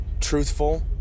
truthful